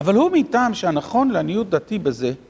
אבל הוא מטעם שהנכון לעניות דעתי בזה..